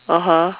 (uh huh)